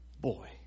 Boy